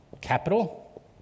capital